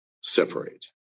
separate